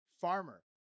farmer